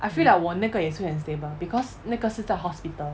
I feel like 我那个也是会很 stable because 那个是在 hospital